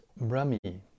Brahmi